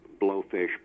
blowfish